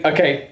Okay